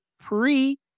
pre